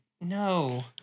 no